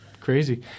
crazy